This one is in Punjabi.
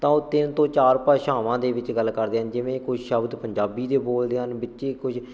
ਤਾਂ ਉਹ ਤਿੰਨ ਤੋਂ ਚਾਰ ਭਾਸ਼ਾਵਾਂ ਦੇ ਵਿੱਚ ਗੱਲ ਕਰਦੇ ਜਿਵੇਂ ਕੁਝ ਸ਼ਬਦ ਪੰਜਾਬੀ ਦੇ ਬੋਲਦੇ ਹਨ ਵਿੱਚ ਕੁਝ